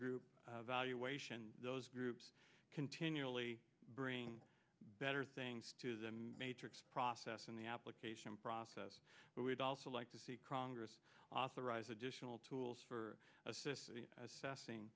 group valuation those groups continually bring better things to them matrix process and the application process but we'd also like to see congress authorized additional tools for assists assessing